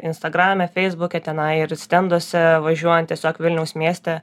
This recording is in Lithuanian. instagrame feisbuke tenai ir stenduose važiuojant tiesiog vilniaus mieste